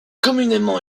communément